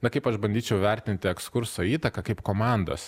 na kaip aš bandyčiau vertinti ekskurso įtaką kaip komandos